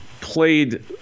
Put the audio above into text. played